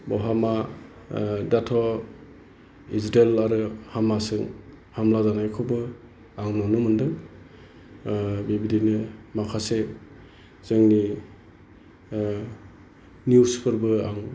बहा मा दाथ' इज्राइल आरो हामासजों हामला जानायखौबो आं नुनो मोनदों बिबादिनो माखासे जोंनि निउसफोरबो आं